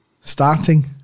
Starting